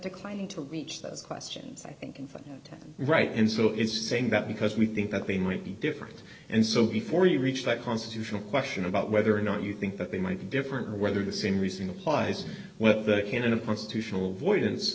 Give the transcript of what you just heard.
declining to reach those questions i think if i'm right and so is saying that because we think that they might be different and so before you reach that constitutional question about whether or not you think that they might be different or whether the same reasoning applies